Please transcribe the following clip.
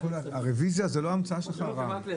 הרביזיה זה לא המצאה שלך, רם.